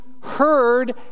heard